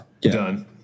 Done